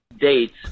dates